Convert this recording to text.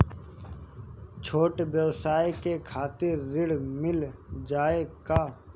छोट ब्योसाय के खातिर ऋण मिल जाए का?